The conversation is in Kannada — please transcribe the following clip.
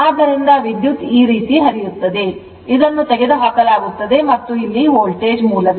ಆದ್ದರಿಂದ ವಿದ್ಯುತ್ ಈ ರೀತಿ ಹರಿಯುತ್ತದೆ ಇದನ್ನು ತೆಗೆದುಹಾಕಲಾಗುತ್ತದೆ ಮತ್ತು ಇಲ್ಲಿ ವೋಲ್ಟೇಜ್ ಮೂಲವಿದೆ